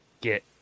get